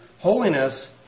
Holiness